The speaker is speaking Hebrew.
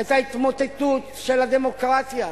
את ההתמוטטות של הדמוקרטיה.